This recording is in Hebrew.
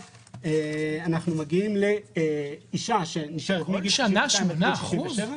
כל שנה שמונה אחוזים?